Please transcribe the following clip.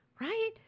right